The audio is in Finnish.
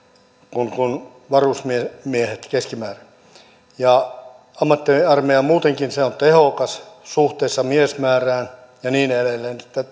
varusmiehet keskimäärin ammattiarmeija muutenkin on tehokas suhteessa miesmäärään ja niin edelleen